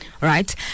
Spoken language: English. right